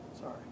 Sorry